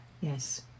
yes